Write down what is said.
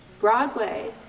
Broadway